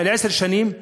לעשר שנים,